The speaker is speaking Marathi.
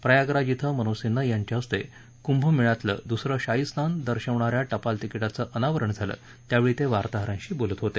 प्रयागराज विं मनोज सिंन्हा यांच्या हस्ते कुंभमेळ्यातल दुसरं शाही स्नान दर्शवणा या टपाल तिकीटाचं आनावरण झालं त्यांवेळी ते वार्ताहारांशी बोलत होते